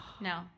No